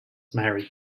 married